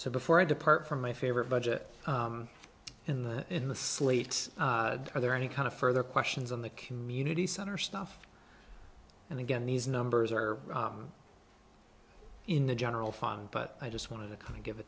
so before i depart from my favorite budget in the in the slate are there any kind of further questions on the community center stuff and again these numbers are in the general funk but i just wanted to kind of give a